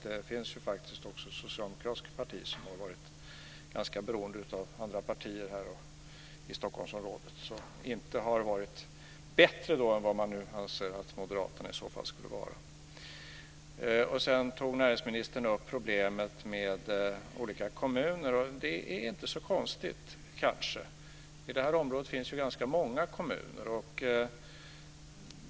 Det socialdemokratiska partiet har ju också varit ganska beroende av andra partier här i Stockholmsområdet. Där har man alltså inte varit bättre än vad man nu anser att Moderaterna skulle vara. Sedan tog näringsministern upp problemet med olika kommuner, och det är kanske inte så konstigt. I det här området finns ganska många kommuner.